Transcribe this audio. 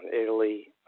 Italy